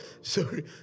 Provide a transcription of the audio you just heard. sorry